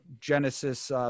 Genesis